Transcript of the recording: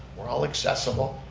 we're all accessible.